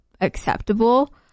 acceptable